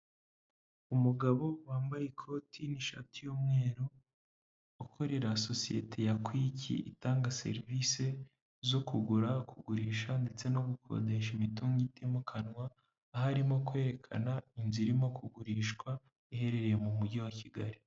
Umugabo wambaye ikoti n'ishati y'umweru ukorera sosiyete ya Kwiki itanga serivise zo kugura, kugurisha ndetse no gukodesha imitungo itimukanwa, aho arimo kwerekana inzu irimo kugurishwa iherereye mu mujyi wa Kigali.